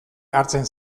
hartzen